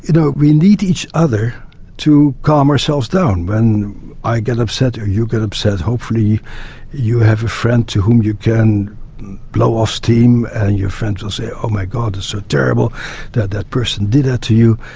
you know, we need each other to calm ourselves down. when i get upset or you get upset, hopefully you have a friend to whom you can blow off steam. and your friend will say, oh my god, it's so terrible that that person did that to you.